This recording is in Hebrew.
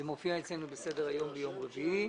זה מופיע אצלנו בסדר-היום ביום רביעי,